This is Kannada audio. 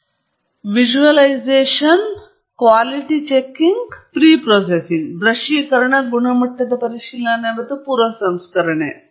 ಈಗ ಮಾಹಿತಿಯ ಗುಣಮಟ್ಟ ನಮ್ಮ ಕೈಯಲ್ಲಿ ಇಲ್ಲ ಆದರೆ ನೀವು ಡೇಟಾವನ್ನು ನೋಡಿದಾಗ ಹೇಳಲು ಸಾಧ್ಯವಾಗುವಂತಹ ಸಿದ್ಧಾಂತದ ಕುರಿತು ನೀವು ತಿಳಿದಿರಲಿ ಮತ್ತು ಈ ಡೇಟಾ ಗುಣಮಟ್ಟ ಉತ್ತಮವಾಗಿಲ್ಲ ಎಂದು ಹೇಳಿ ನಾನು ಒಳ್ಳೆಯ ಫಲಿತಾಂಶಗಳನ್ನು ನಿರೀಕ್ಷಿಸಬಾರದು